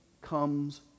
comes